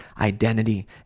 identity